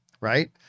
Right